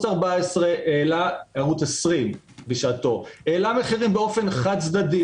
העלה מחירים באופן חד-צדדי.